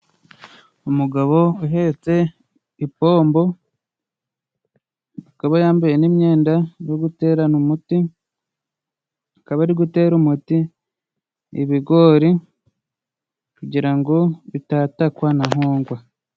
Umugabo uhetse ipombo, akaba yambaye n'imyenda yo guterana umuti, akaba ari gutera umuti ibigori, kugira ngo bitatakwa na nkongwa.